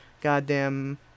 goddamn